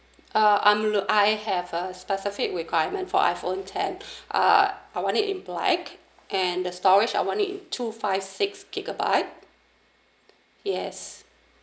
uh I'm lo~ I have a specific requirement for iPhone ten uh I want it in black and the storage I want it in two five six gigabyte yes